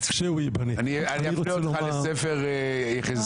אני רוצה לומר --- אני אפנה אותך לספר יחזקאל